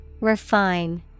Refine